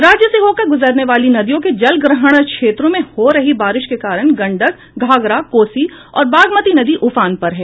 राज्य से होकर गुजरने वाली नदियों के जलग्रहण क्षेत्रों में हो रही बारिश के कारण गंडक घाघरा कोसी और बागमती नदी उफान पर है